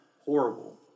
horrible